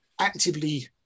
actively